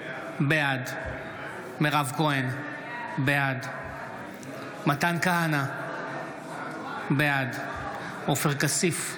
בעד מירב כהן, בעד מתן כהנא, בעד עופר כסיף,